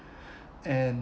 and